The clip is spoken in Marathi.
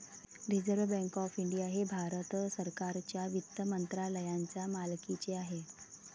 रिझर्व्ह बँक ऑफ इंडिया हे भारत सरकारच्या वित्त मंत्रालयाच्या मालकीचे आहे